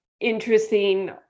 interesting